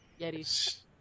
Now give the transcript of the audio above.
Yeti's